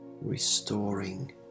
restoring